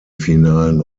finalen